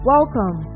Welcome